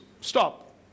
Stop